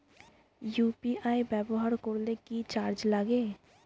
UPI ব্যবহার করলে কি চার্জ লাগে?